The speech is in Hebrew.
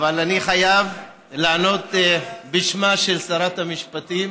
אבל אני חייב לענות בשמה של שרת המשפטים